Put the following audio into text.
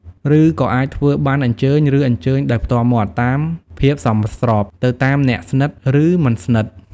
ឬក៏អាចធ្វើប័ណ្ណអញ្ជើញ ឬអញ្ជើញដោយផ្ទាល់មាត់ តាមភាពសមស្រប ទៅតាមអ្នកស្និត ឬមិនស្និត។